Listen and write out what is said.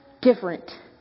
different